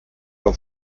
con